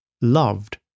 loved